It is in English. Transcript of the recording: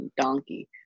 donkey